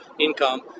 income